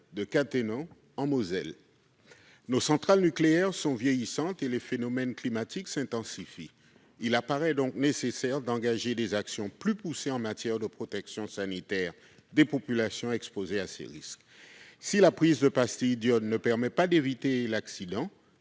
à Cattenom, en Moselle. Nos centrales nucléaires sont vieillissantes, et les phénomènes climatiques s'intensifient. Il paraît donc nécessaire d'engager des actions plus poussées en matière de protection sanitaire des populations exposées à ces risques. Si la prise de pastilles d'iode ne permet pas d'éviter l'accident,